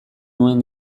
nuen